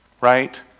right